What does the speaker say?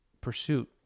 pursuit